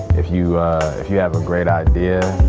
if you if you have a great idea,